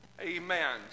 Amen